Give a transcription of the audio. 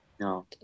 No